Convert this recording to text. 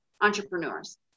entrepreneurs